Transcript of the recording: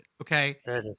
okay